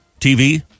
tv